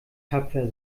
tapfer